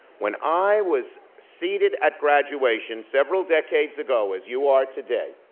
when i was seated at graduation several decades ago, as you are today,